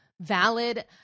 valid